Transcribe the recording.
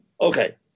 okay